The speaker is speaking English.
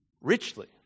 richly